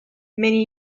many